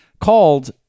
called